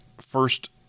first